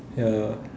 ya